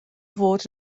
fod